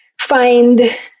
find